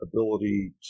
ability